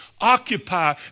occupy